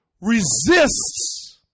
resists